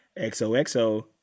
XOXO